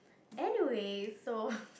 anyway so